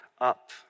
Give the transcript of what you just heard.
up